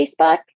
Facebook